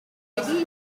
details